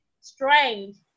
strange